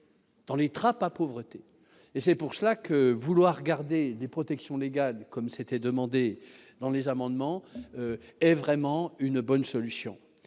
Dans les trappes à pauvreté et c'est pour cela que vouloir garder les protections légales comme c'était demandé dans les amendements est vraiment une bonne solution,